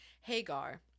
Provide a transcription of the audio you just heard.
Hagar